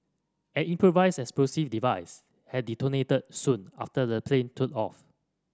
an improvised explosive device had detonated soon after the plane took off